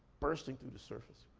bursting through the surface.